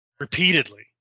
repeatedly